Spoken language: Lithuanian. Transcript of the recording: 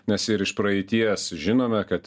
nes ir iš praeities žinome kad